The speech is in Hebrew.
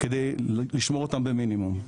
כדי לשמור אותן במינימום.